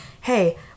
hey